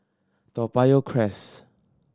Toa Payoh Crest